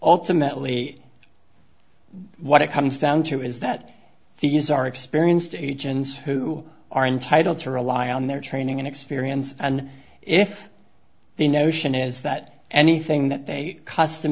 ultimately what it comes down to is that these are experienced agents who are entitled to rely on their training and experience and if the notion is that anything that they custom